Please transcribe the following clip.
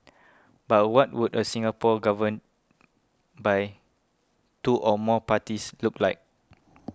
but what would a Singapore governed by two or more parties look like